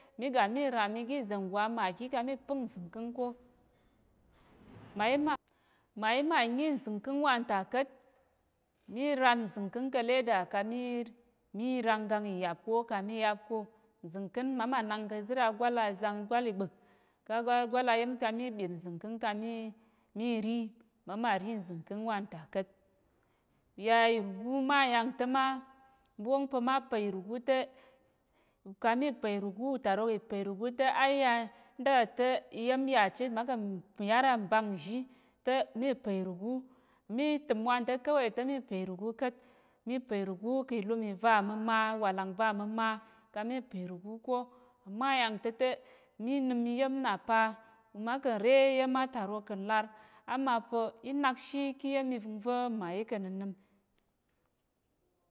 Migami ram igi zongo amagi kami pək nzìngking ko mayima nyi zìngking wanta ka̱t miran nzìngking ka̱ leather kami mirangang iyapko kami yapko nzìngking máma nang ka̱zir agwal azang agwal iɓek gwal ayem kami ɓid zìngking kami miri mama̱ri nzìngking wanta ka̱t ya iruguma yangta̱ma wong pa̱ma pa irugu tə kami pa irugu tarok ipa irugu te aya ndatate iyemya chit makəm yar anbang nzhi te mipì rugu mi tim wantə kowai te mipa rigu ka̱t mipa irugu kilum iva mmama walang va mamma kami pì rugu ko mma yangta̱te minim iyem napa mma ka̱nre iyem atarok ka̱n lar amapa̱ inakshi kiyem ivəngva̱ mayi ka̱ ninim.